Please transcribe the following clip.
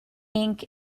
ink